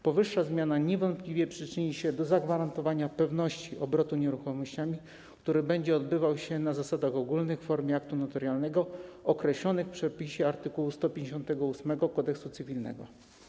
Powyższa zmiana niewątpliwie przyczyni się do zagwarantowania pewności obrotu nieruchomościami, który będzie odbywał się na zasadach ogólnych - w formie aktu notarialnego - określonych w przepisie art. 158 Kodeksu cywilnego.